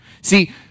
See